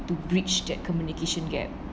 to bridge that communication gap